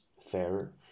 fairer